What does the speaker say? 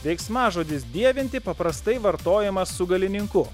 veiksmažodis dievinti paprastai vartojamas su galininku